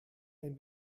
ein